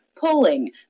pulling